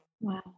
Wow